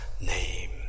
name